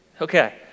Okay